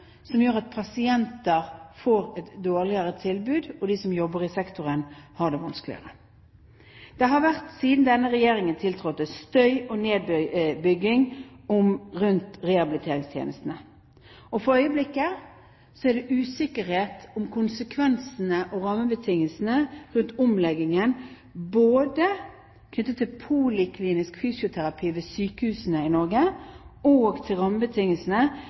som gjør at pasienter får et dårligere tilbud, og de som jobber i sektoren har det vanskeligere. Siden denne regjeringen tiltrådte, har det vært støy rundt og nedbygging av rehabiliteringstjenestene. For øyeblikket er det usikkerhet om konsekvensene og rammebetingelsene rundt omleggingen knyttet både til poliklinisk fysioterapi ved sykehusene i Norge og til rammebetingelsene